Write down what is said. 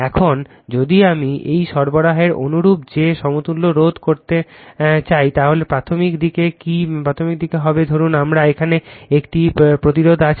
এখন যদি আমি এই সরবরাহের অনুরূপ যে সমতুল্য রোধ করতে চাই তাহলে প্রাথমিক দিকে কি কল হবে ধরুন আমার এখানে একটি প্রতিরোধ আছে